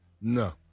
No